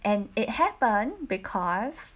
and it happen because